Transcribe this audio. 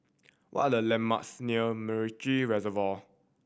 what are the landmarks near MacRitchie Reservoir